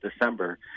december